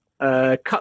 cut